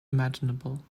imaginable